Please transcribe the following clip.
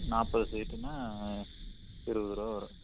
நாற்பது சீட்டுன்னால் இருபது ரூபா வரும்